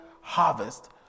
harvest